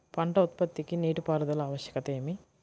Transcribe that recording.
పంట ఉత్పత్తికి నీటిపారుదల ఆవశ్యకత ఏమి?